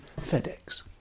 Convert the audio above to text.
FedEx